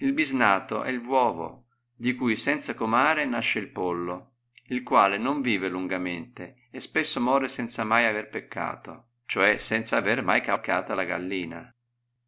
il bisnato è il vuovo di cui senza comare nasce il pollo il quale non vive lungamente e spesso more senza mai aver peccato cioè senza aver mai calcala la gallina